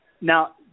Now